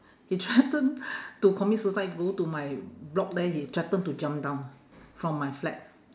he threaten to commit suicide go to my block there he threatened to jump down from my flat